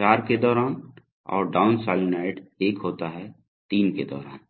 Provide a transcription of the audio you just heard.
4 के दौरानऔर down solenoid 1 होता हैं 3 के दौरान